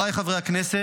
ההצעה ממסדת